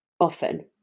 often